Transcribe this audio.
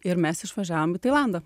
ir mes išvažiavom į tailandą